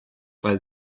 weil